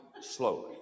slowly